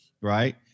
right